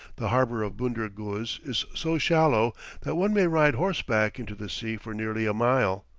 the harbor of bunder guz is so shallow that one may ride horseback into the sea for nearly a mile.